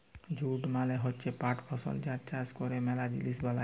jute মালে হচ্যে পাট ফসল যার চাষ ক্যরে ম্যালা জিলিস বালাই